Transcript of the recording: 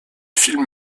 film